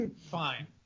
fine